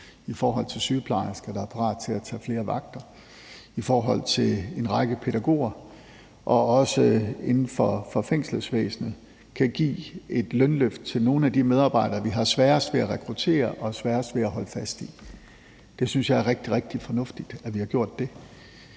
i forhold til sygeplejersker, der er parate til at tage flere vagter, i forhold til en række pædagoger og også ansatte inden for fængselsvæsenet kan give et lønløft til nogle af dem, vi har sværest ved at rekruttere og sværest ved at holde fast i. Jeg synes, det er rigtig, rigtig fornuftigt, at vi har gjort det.